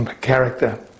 character